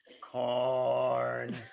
Corn